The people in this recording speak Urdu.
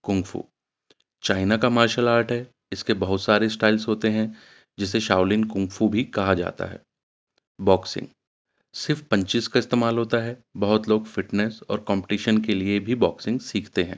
کنگفو چائنا کا مارشل آرٹ ہے اس کے بہت سارے اسٹائلس ہوتے ہیں جسے شاولین کنگفو بھی کہا جاتا ہے باکسنگ صرف پنچیز کا استعمال ہوتا ہے بہت لوگ فٹنیس اور کمپٹیشن کے لیے بھی باکسنگ سیکھتے ہیں